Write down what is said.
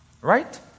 Right